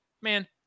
man